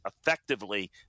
effectively